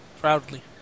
Proudly